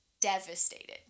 devastated